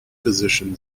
physician